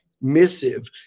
missive